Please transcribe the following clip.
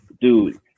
Dude